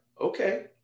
Okay